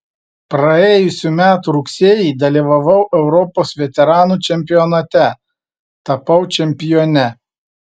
praėjusių metų rugsėjį dalyvavau europos veteranų čempionate tapau čempione